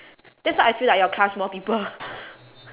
that's why I feel like your class more people